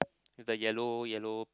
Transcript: the yellow yellow